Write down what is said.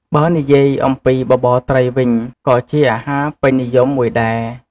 បើនិយាយអំពីបបរត្រីវិញ ក៏ជាអាហារពេញនិយមមួយដែរ។